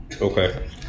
Okay